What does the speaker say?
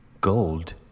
Gold